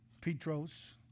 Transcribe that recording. Petros